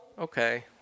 Okay